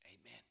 Amen